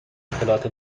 اطلاعات